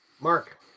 Mark